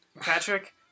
Patrick